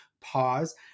pause